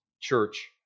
church